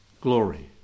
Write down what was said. glory